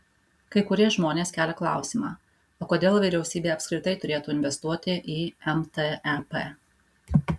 kai kurie žmonės kelia klausimą o kodėl vyriausybė apskritai turėtų investuoti į mtep